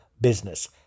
business